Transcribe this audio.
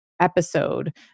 episode